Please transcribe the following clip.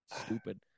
Stupid